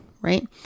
right